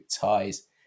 ties